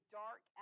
dark